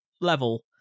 level